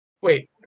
Wait